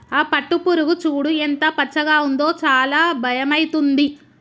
ఆ పట్టుపురుగు చూడు ఎంత పచ్చగా ఉందో చాలా భయమైతుంది